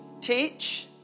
teach